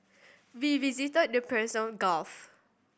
we visited the Persian Gulf